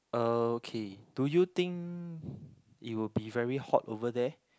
okay do you think it will be very hot over there